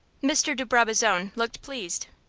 mr de brabazon looked pleased.